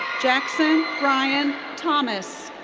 jackson ryan thomas.